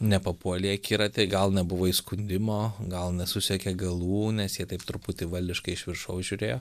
nepapuolė į akiratį gal nebuvo įskundimo gal nesusekė galų nes jie taip truputį valdiškai iš viršaus žiūrėjo